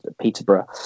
Peterborough